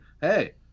hey